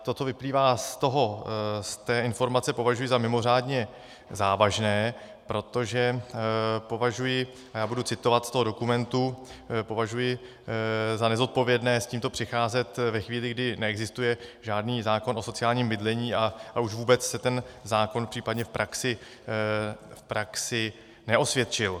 Toto vyplývá z toho z té informace považuji za mimořádně závažné, protože považuji, budu citovat z toho dokumentu, považuji za nezodpovědné s tímto přicházet ve chvíli, kdy neexistuje žádný zákon o sociálním bydlení a už vůbec se ten zákon případně v praxi neosvědčil.